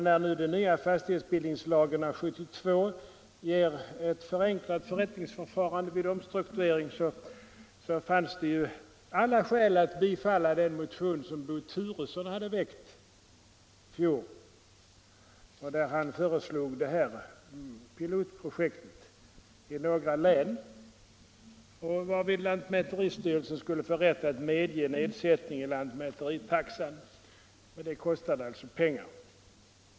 När nu den nya fastighetsbildningslagen av 1972 ger ett förenklat förrättningsförfarande vid omstrukturering, fanns det ju alla skäl att bifalla den motion som Bo Turesson hade väckt i fjol. Han föreslog där pilotprojektet i några län, varvid lantmäteriverket skulle få rätt att medge nedsättning i lantmäteritaxan. Det kostade alltså pengar.